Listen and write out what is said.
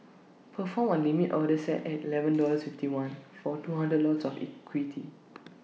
perform A limit order set at Eleven dollars fifty one for two hundred of equity